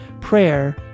prayer